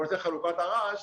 כל נושא חלוקת הרעש,